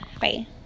Bye